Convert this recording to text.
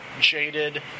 jaded